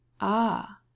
Ah